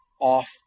off